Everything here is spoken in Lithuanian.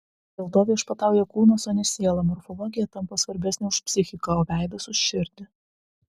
dėl to viešpatauja kūnas o ne siela morfologija tampa svarbesnė už psichiką o veidas už širdį